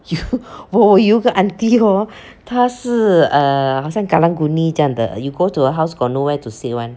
you 我我有一个 auntie hor 她是 err 好像 karung guni 这样的 you go to her house got nowhere to sit one